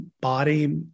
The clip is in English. body